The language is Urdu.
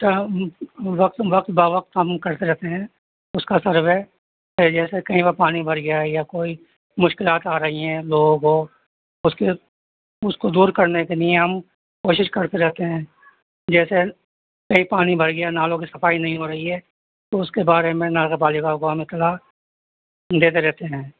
وقت وقت با وقت ہم کرتے رہتے ہیں اس کا سروے جیسے کہیں ب پانی بھر گیا یا کوئی مشکلات آ رہی ہیں لوگوں کو اس کے اس کو دور کرنے کے لیے ہم کوشش کرتے رہتے ہیں جیسے کہیں پانی بھر گیا نالوں کی صفائی نہیں ہو رہی ہے تو اس کے بارے میں نگر پالیکا میں اطلاع دیتے رہتے ہیں